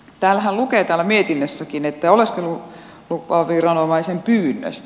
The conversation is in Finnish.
täällähän lukee mietinnössäkin että oleskelulupaviranomaisen pyynnöstä